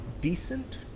decent